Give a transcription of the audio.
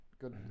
good